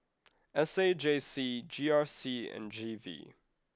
S A J C G R C and G V